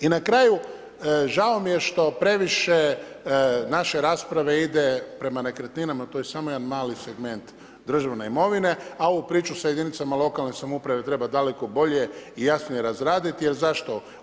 I na kraju žao mi je što previše naša rasprava ide prema nekretninama, to je samo jedan mali segment države imovine, a ovu priču sa jedinicama lokalne samouprave treba daleko bolje i jasnije razraditi jer zašto?